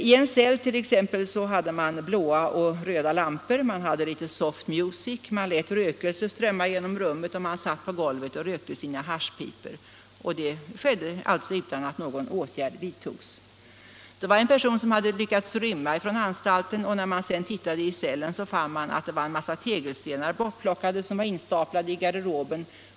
I en cell i en av våra anstalter hade man t.ex. blå och röda lampor, man hade litet soft music, man lät rökelse strömma genom rummet och man satt på golvet och rökte sina haschpipor. Detta skedde alltså utan att någon åtgärd vidtogs. En person hade lyckats rymma från anstalten, och när hans cell undersöktes fann man att en massa tegelstenar var bortplockade och instaplade i garderoben.